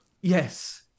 yes